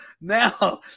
now